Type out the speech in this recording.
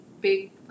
big